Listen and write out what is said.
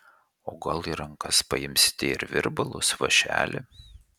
o gal į rankas paimsite ir virbalus vąšelį